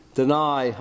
deny